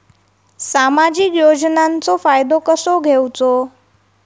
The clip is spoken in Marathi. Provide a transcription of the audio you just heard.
सामाजिक योजनांचो फायदो कसो घेवचो?